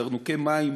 זרנוקי מים,